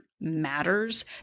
matters